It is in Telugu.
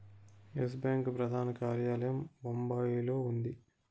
ఎస్ బ్యాంకు ప్రధాన కార్యాలయం బొంబాయిలో ఉంది